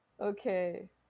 Okay